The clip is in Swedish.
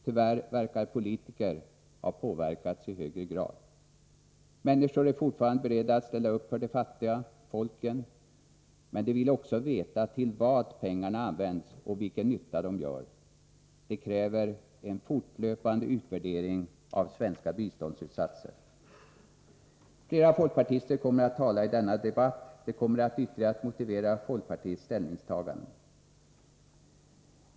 Tyvärr verkar politiker ha påverkats i högre grad. Människor är fortfarande beredda att ställa upp för de fattiga folken, men de vill också veta till vad pengarna används och vilken nytta de gör. Detta kräver en fortlöpande utvärdering av de svenska biståndsinsatserna. Flera folkpartister kommer att tala i denna debatt. De kommer ytterligare att motivera folkpartiets ställningstaganden.